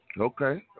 Okay